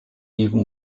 even